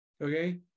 okay